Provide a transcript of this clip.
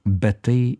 bet tai